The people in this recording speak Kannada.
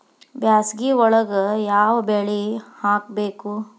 ಬ್ಯಾಸಗಿ ಒಳಗ ಯಾವ ಬೆಳಿ ಹಾಕಬೇಕು?